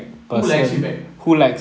who likes you back